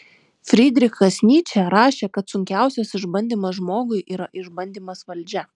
frydrichas nyčė rašė kad sunkiausias išbandymas žmogui yra išbandymas valdžia